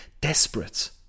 desperate